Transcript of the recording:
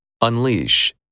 Unleash